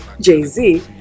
jay-z